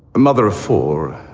mother of four.